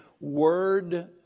word